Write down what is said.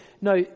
No